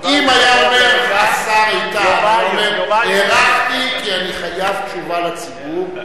אם השר איתן היה אומר: הארכתי כי אני חייב תשובה לציבור,